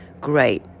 Great